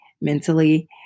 mentally